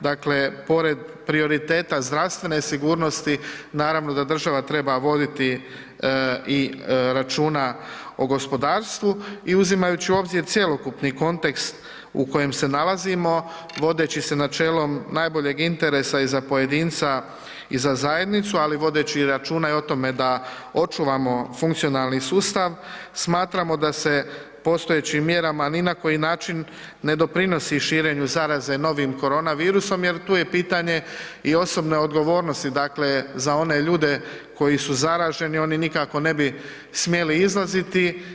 Dakle, pored prioriteta zdravstvene sigurnosti, naravno da država treba voditi i računa o gospodarstvu i uzimajući u obzir cjelokupni kontekst u kojem se nalazimo, vodeći se načelom najboljeg interesa i za pojedinca i za zajednicu, ali vodeći računa i o tome da očuvamo funkcionalni sustav, smatramo da se postojećim mjerama ni na koji način ne doprinosi širenju zaraze novih koronavirusom jer tu je pitanje i osobne odgovornosti, dakle za one ljude koji su zaraženi, oni nikako smjeli izlaziti.